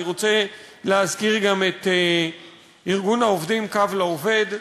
אני רוצה להזכיר גם את ארגון העובדים "קו לעובד",